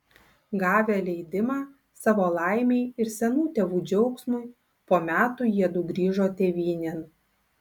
gavę leidimą savo laimei ir senų tėvų džiaugsmui po metų jiedu grįžo tėvynėn